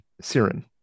Siren